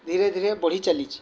ଧୀରେ ଧୀରେ ବଢ଼ି ଚାଲିଛି